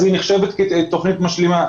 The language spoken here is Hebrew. אז זו נחשבת תוכנית משלימה.